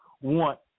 want